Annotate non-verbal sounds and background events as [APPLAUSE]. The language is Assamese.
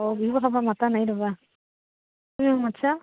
[UNINTELLIGIBLE]